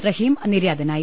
റഹീം നിര്യാതനായി